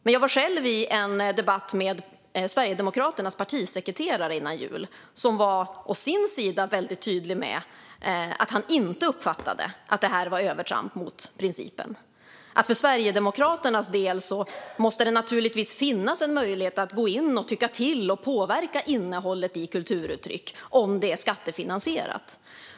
Men jag var själv i en debatt med Sverigedemokraternas partisekreterare innan jul, och han var å sin sida väldigt tydlig med att han inte uppfattade att det här var ett övertramp mot principen och att det för Sverigedemokraternas del naturligtvis måste finnas en möjlighet att gå in och tycka till och påverka innehållet i kulturuttryck om det är skattefinansierat.